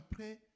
après